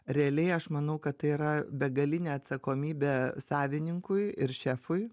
realiai aš manau kad tai yra begalinė atsakomybė savininkui ir šefui